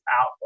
out